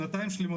שנתיים שלמות,